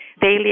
daily